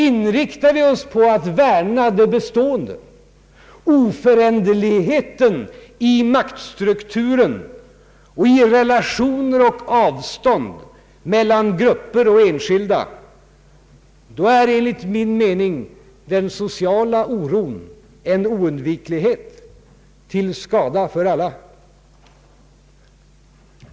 Inriktar vi oss på att värna det bestående, oföränderligheten i maktstrukturen och i relationer och avstånd mellan grupper och enskilda, då är enligt min mening den sociala oron en oundviklighet till skada för alla.